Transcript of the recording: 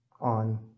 on